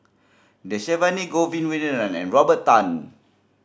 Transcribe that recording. Dhershini Govin Winodan and Robert Tan